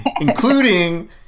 including